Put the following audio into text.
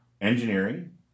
engineering